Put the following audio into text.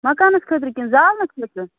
مَکانَس خٲطرٕ کِنہٕ زالنہٕ خٲطرٕ